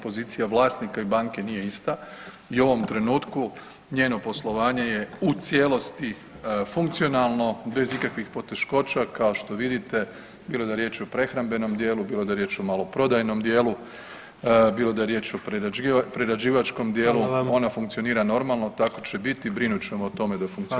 Pozicija vlasnika i banke nije ista i u ovom trenutku njeno poslovanje je u cijelosti funkcionalno bez ikakvih poteškoća, kao što vidite, bilo da je riječ o prehrambenom dijelu, bilo da je riječ o maloprodajnom dijelu, bilo da je riječ o prerađivačkom dijelu, Upadica: Hvala vam./… ona funkcionira normalo tako će biti i brinut ćemo o tome da funkcionira.